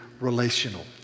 relational